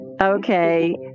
okay